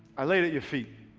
i lay it at your feet.